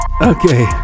Okay